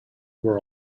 were